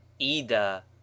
ida